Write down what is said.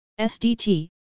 SDT